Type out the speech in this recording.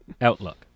outlook